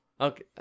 okay